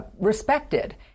respected